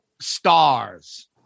stars